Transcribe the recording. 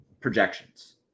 projections